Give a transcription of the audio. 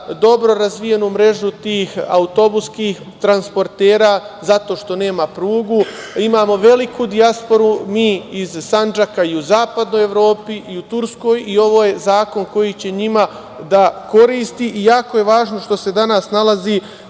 dobro razvijenu mrežu tih autobuskih transportera zato što nema prugu, imamo veliku dijasporu mi iz Sandžaka, i u zapadnoj Evropi i u Turskoj i ovo je zakon koji će njima da koristi i jako je važno što se danas nalazi